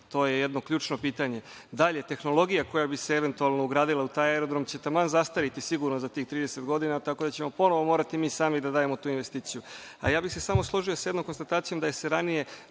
To je jedno ključno pitanje. Dalje, tehnologija koja bi se eventualno ugradila u taj Aerodrom će taman zastariti sigurno za tih 30 godina, tako da ćemo ponovo morati mi sami da dajemo tu investiciju. Samo bih se složio sa jednom konstatacijom da se ranije